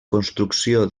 construcció